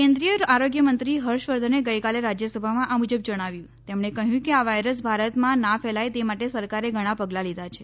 કેન્દ્રિય આરોગ્ય મંત્રી હર્ષ વર્ધને ગઇકાલે રાજયસભામાં આ મુજબ જણાવ્યું તેમણે કહયું કે આ વાયરસ ભારતમાં ના ફેલાય તે માટે સરકારે ઘણા પગલા લીધા છે